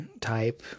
type